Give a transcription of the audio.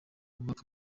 bubaha